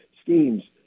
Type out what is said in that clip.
schemes